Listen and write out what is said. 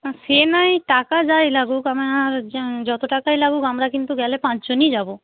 সে নয় টাকা যাই লাগুক আমার যতো টাকাই লাগুক আমরা কিন্তু গেলে পাঁচজনই যাবো